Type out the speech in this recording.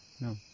No